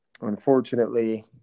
Unfortunately